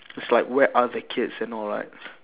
it's like where are the keys and all right